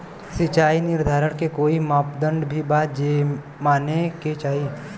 सिचाई निर्धारण के कोई मापदंड भी बा जे माने के चाही?